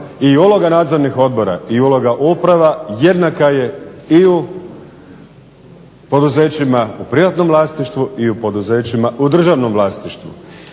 i uloga nadzornih odbora i uloga uprava jednaka je i u poduzećima u privatnom vlasništvu i u poduzećima u državnom vlasništvu.